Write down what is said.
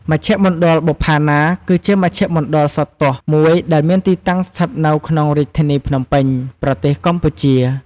មជ្ឈមណ្ឌលបុប្ផាណា គឺជាមជ្ឈមណ្ឌលសោតទស្សន៍មួយដែលមានទីតាំងស្ថិតនៅក្នុងរាជធានីភ្នំពេញ ប្រទេសកម្ពុជា។